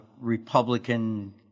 Republican